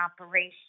operation